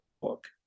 book